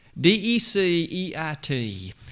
D-E-C-E-I-T